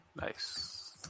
Nice